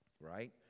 right